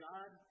God